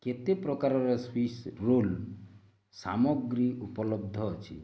କେତେ ପ୍ରକାରର Swiss roll ସାମଗ୍ରୀ ଉପଲବ୍ଧ ଅଛି